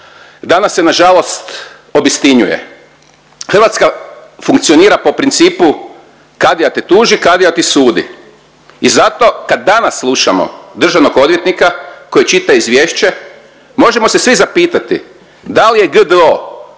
danas se na žalost obistinjuje. Hrvatska funkcionira po principu „kadija te tuži, kadija ti sudi“. I zato kad danas slušamo državnog odvjetnika koji čita izvješće možemo se svi zapitati da li je GDO